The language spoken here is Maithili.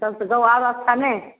तब तऽ गाम आओर अच्छा नहि